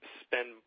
spend